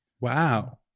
Wow